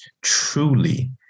truly